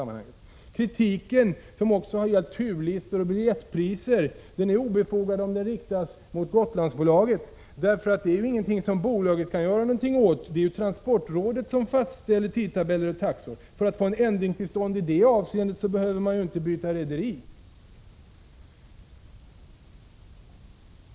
Kritiken har också gällt turlistor och biljettpriser. Denna är obefogad om den riktas mot Gotlandsbolaget eftersom bolaget inte kan göra någonting åt detta. Det är transportrådet som fastställer tidtabeller och taxor. För att få en ändring till stånd i det avseendet behöver man inte byta rederi.